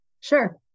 Sure